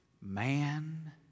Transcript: Man